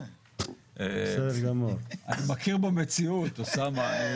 אני מכיר במציאות, אוסאמה.